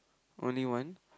only one